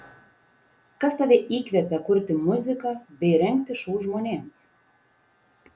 kas tave įkvepia kurti muziką bei rengti šou žmonėms